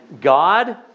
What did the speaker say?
God